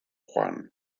juan